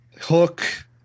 hook